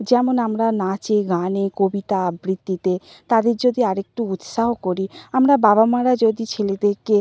যেমন আমরা নাচে গানে কবিতা আবৃত্তিতে তাদের যদি আর একটু উৎসাহ করি আমরা বাবা মারা যদি ছেলেদেরকে